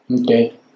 Okay